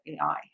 AI